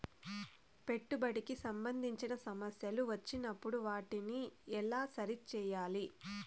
పెట్టుబడికి సంబంధించిన సమస్యలు వచ్చినప్పుడు వాటిని ఎలా సరి చేయాలి?